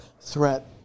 threat